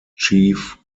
chief